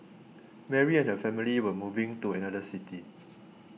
Mary and her family were moving to another city